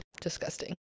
disgusting